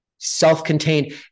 self-contained